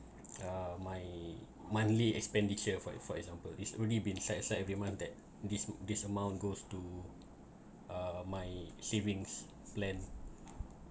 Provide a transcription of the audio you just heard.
uh my monthly expenditure for it for example it's really been set aside every month that this this amount goes to uh my savings plan